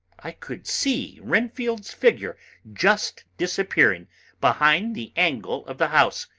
i could see renfield's figure just disappearing behind the angle of the house,